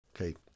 Okay